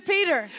Peter